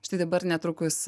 štai dabar netrukus